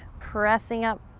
pressing up,